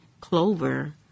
clover